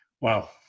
Wow